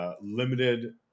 Limited